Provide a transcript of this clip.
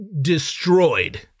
destroyed